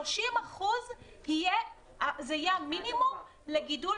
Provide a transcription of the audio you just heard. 30% יהיה המינימום לגידול